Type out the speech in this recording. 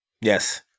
yes